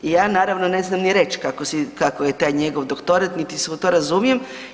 I ja naravno ne znam ni reći kako je tak njegov doktorat, niti se u to razumijem.